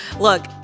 Look